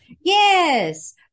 Yes